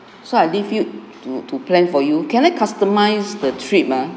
so I give you to to plan for you can I customise the trip ah